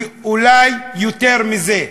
ואולי יותר מזה,